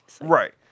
Right